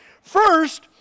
First